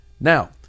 Now